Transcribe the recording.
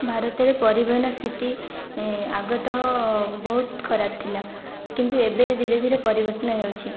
ଭାରତରେ ପରିବହନ ସ୍ଥିତି ଆଗତଃ ବହୁତ ଖରାପ ଥିଲା କିନ୍ତୁ ଏବେ ଧୀରେ ଧୀରେ ପରିବର୍ତ୍ତନ ହେଉଛି